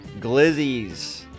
glizzies